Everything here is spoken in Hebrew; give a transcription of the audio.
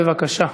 בבקשה.